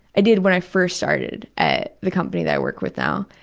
i did when i first started at the company that i work with now.